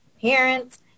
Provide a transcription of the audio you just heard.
parents